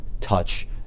touch